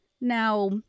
Now